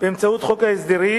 באמצעות חוק ההסדרים